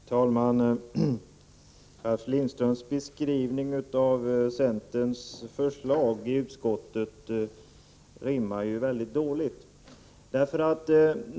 Fru talman! Ralf Lindströms beskrivning av centerns förslag i utskottet rimmar dåligt med verkligheten.